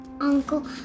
uncle